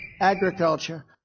Agriculture